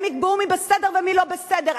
הם יקבעו מי בסדר ומי לא בסדר.